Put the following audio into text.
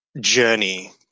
journey